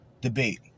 debate